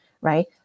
right